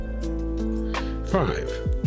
five